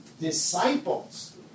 disciples